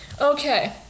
okay